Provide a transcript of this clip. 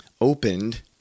opened